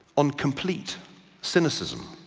on complete cynicism.